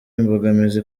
imbogamizi